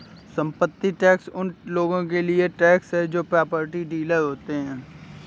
संपत्ति टैक्स उन लोगों के लिए टैक्स है जो प्रॉपर्टी डीलर होते हैं